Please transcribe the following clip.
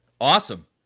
Awesome